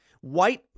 White